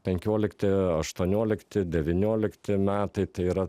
penkiolikti aštuoniolikti devyniolikti metai tai yra